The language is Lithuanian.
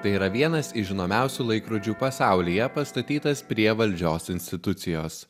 tai yra vienas iš žinomiausių laikrodžių pasaulyje pastatytas prie valdžios institucijos